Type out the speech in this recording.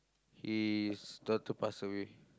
his daughter pass away